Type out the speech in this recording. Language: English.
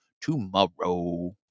tomorrow